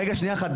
רגע, שנייה אחת,